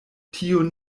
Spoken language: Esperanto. tiun